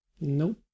Nope